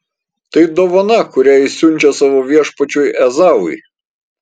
tai dovana kurią jis siunčia savo viešpačiui ezavui